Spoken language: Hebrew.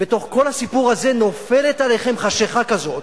בתוך כל הסיפור הזה, נופלת עליכם חשכה כזאת,